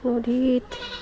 নদীত